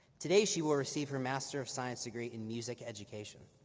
today she will receive her master of science degree in music education.